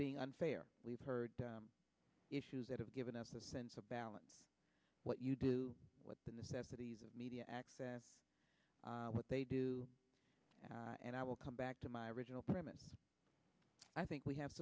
being unfair we've heard the issues that have given us a sense of balance what you do what the necessities of media access what they do and i will come back to my original premise i think we have